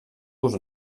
los